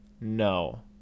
no